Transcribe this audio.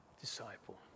disciple